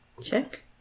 Check